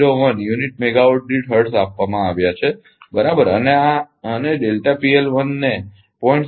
01 unit megawatt દીઠ hertz આપવામાં આવ્યા છે બરાબર અને ને 0